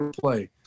play